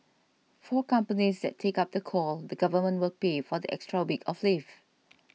for companies that take up the call the government will pay for the extra week of leave